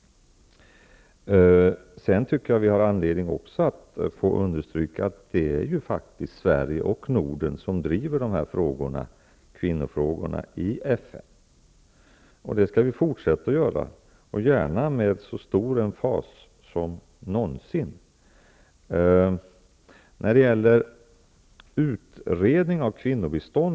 Jag tycker att vi också har anledning att understryka att det faktiskt är Sverige och Norden som driver kvinnofrågorna i FN. Det skall vi fortsätta att göra med all emfas.